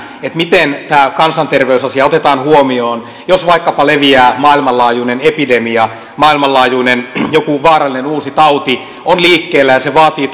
miten tämä kansanterveysasia otetaan huomioon jos vaikkapa leviää maailmanlaajuinen epidemia joku maailmanlaajuinen vaarallinen uusi tauti on liikkeellä ja se vaatii